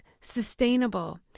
sustainable